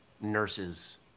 nurses